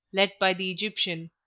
led by the egyptian.